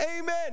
Amen